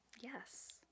Yes